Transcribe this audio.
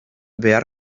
behar